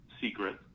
secret